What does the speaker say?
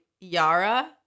yara